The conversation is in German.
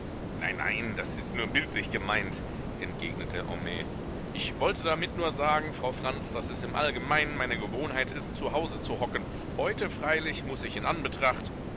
nein nein das ist nur bildlich gemeint entgegnete homais ich wollte damit nur sagen frau franz daß es im allgemeinen meine gewohnheit ist zu hause zu hocken heute freilich muß ich in anbetracht